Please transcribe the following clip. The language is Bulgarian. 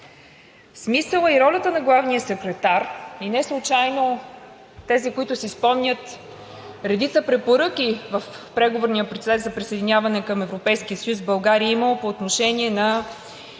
Смисълът и ролята на главния секретар, и неслучайно тези, които си спомнят, редица препоръки в преговорния процес за присъединяване към Европейския съюз в България е имало по отношение на